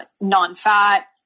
non-fat